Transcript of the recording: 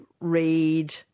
read